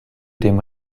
dem